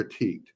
critiqued